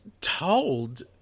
told